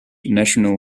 national